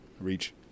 reach